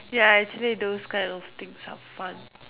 ya actually those kind of things are fun